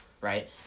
Right